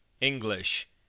English